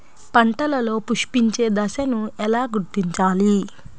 పంటలలో పుష్పించే దశను ఎలా గుర్తించాలి?